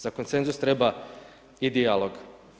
Za konsenzus treba i dijalog.